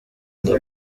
njye